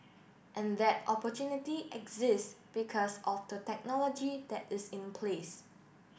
and that opportunity exist because of the technology that is in place